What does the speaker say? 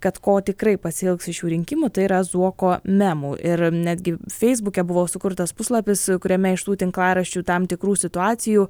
kad ko tikrai pasiilgs iš šių rinkimų tai yra zuoko memų ir netgi feisbuke buvo sukurtas puslapis kuriame iš tų tinklaraščių tam tikrų situacijų